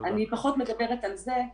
אני פחות מדברת על זה.